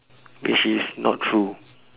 which is not true